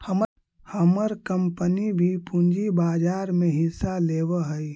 हमर कंपनी भी पूंजी बाजार में हिस्सा लेवअ हई